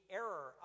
error